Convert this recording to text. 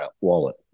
wallet